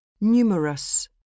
Numerous